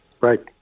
Right